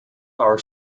our